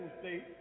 state